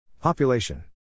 Population